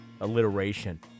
alliteration